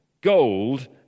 Gold